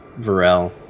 Varel